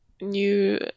new